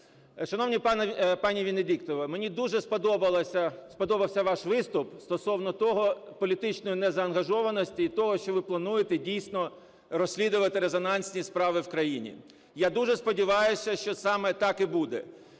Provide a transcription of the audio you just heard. Шановна пані Венедіктова, мені дуже сподобався ваш виступ стосовно тої політичної незаангажованості і того, що ви плануєте дійсно розслідувати резонансні справи в країні. Я дуже сподіваюся, що саме так і буде.